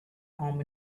arm